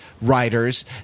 writers